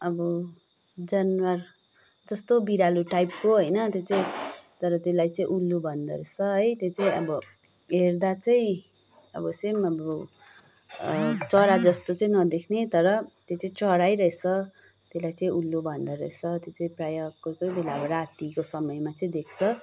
अब जनावर जस्तो बिरालो टाइपको होइन त्यो चाहिँ तर त्यसलाई चाहिँ उल्लु भन्दो रहेछ है त्यो चाहिँ अब हेर्दा चाहिँ अब सेम हाम्रो चरा जस्तो चाहिँ नदेख्ने तर त्यो चाहिँ चरै रहेछ त्यसलाई चाहिँ उल्लु भन्दो रहेछ त्यो चाहिँ प्राय कोही कोही बेला रातीको समयमा चाहिँ देख्छ